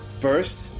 First